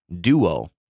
duo